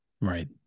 Right